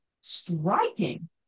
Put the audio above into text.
striking